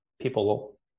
people